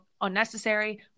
unnecessary